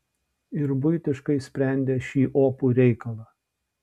ir buitiškai sprendė šį opų reikalą